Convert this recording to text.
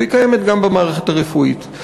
והיא קיימת גם במערכת הרפואית.